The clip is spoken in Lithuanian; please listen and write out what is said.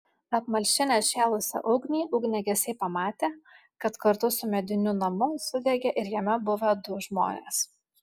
apmalšinę šėlusią ugnį ugniagesiai pamatė kad kartu su mediniu namu sudegė ir jame buvę du žmonės